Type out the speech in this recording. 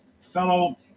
fellow